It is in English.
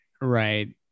right